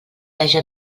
haja